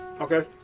Okay